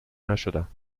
نشدم